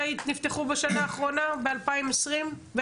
בשנה האחרונה, ב־2021?